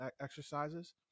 exercises